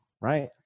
right